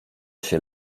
się